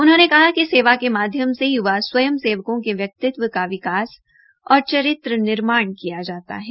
उन्होंने कहा कि सेवा के माध्यम से य्वा स्वयं सेवकों के व्यक्तित्व का विकास और चारित्र निर्माण किया जाता है